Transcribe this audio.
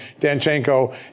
Danchenko